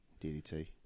DDT